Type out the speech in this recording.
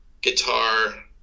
guitar